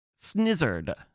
snizzard